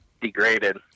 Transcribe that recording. degraded